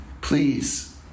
please